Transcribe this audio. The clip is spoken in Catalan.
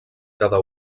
cada